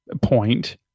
point